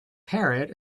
parrot